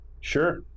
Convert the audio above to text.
sure